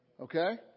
Okay